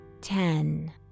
Ten